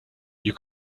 you